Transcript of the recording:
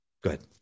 good